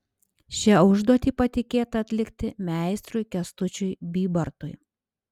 šią užduotį patikėta atlikti meistrui kęstučiui bybartui